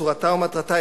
בצורתה ובמטרתה,